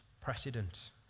precedent